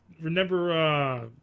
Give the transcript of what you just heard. remember